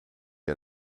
get